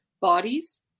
bodies